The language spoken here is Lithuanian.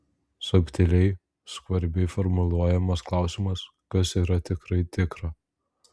subtiliai skvarbiai formuluojamas klausimas kas yra tikrai tikra